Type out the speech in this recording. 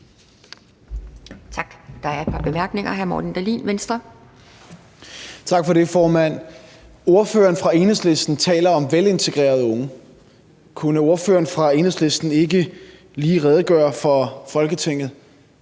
hr. Morten Dahlin, Venstre. Kl. 12:38 Morten Dahlin (V): Tak for det, formand. Ordføreren for Enhedslisten taler om velintegrerede unge, og kunne ordføreren for Enhedslisten ikke lige over for Folketinget